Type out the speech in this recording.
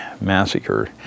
Massacre